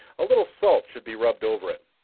a little salt should be rubbed over it.